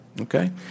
Okay